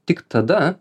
tik tada